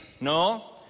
No